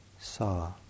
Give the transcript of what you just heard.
saw